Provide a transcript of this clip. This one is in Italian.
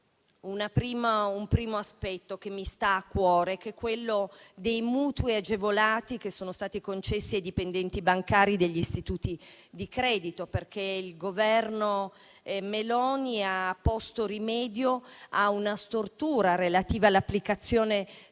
un primo aspetto che mi sta a cuore, i mutui agevolati che sono stati concessi ai dipendenti bancari degli istituti di credito, perché il Governo Meloni ha posto rimedio a una stortura relativa all'applicazione delle